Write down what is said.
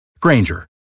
Granger